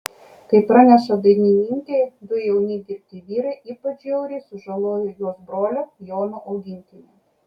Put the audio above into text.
kaip praneša dainininkė du jauni girti vyrai ypač žiauriai sužalojo jos brolio jono augintinį